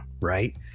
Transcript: right